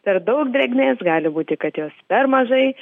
per daug drėgmės gali būti kad jos per mažai